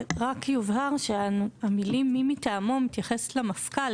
רק יובהר שהמילים 'מי מטעמו' מתייחס למפכ"ל